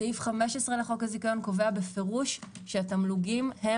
סעיף 15 לחוק הזיכיון קובע בפירוש שהתמלוגים הם